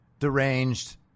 deranged